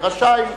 ורשאי,